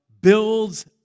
builds